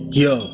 yo